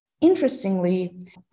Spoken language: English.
Interestingly